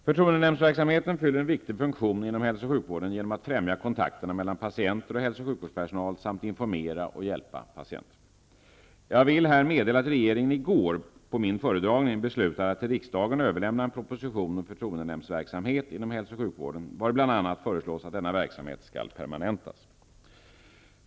Förtroendenämndsverksamheten fyller en viktig funktion inom hälso och sjukvården genom att främja kontakterna mellan patienter och hälso och sjukvårdspersonal samt genom att informera och hjälpa patienter. Jag vill här meddela att regeringen i går -- på min föredragning -- beslutade att till riksdagen överlämna en proposition om förtroendenämndsverksamhet inom hälso och sjukvården, vari bl.a. föreslås att denna verksamhet skall permanentas.